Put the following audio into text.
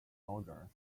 soldiers